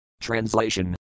Translation